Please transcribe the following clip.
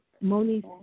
Moni